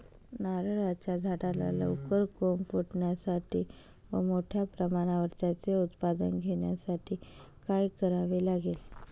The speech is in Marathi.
नारळाच्या झाडाला लवकर कोंब फुटण्यासाठी व मोठ्या प्रमाणावर त्याचे उत्पादन घेण्यासाठी काय करावे लागेल?